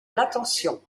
l’attention